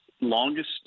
longest